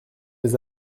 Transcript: mes